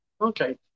okay